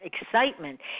excitement